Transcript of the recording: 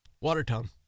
Watertown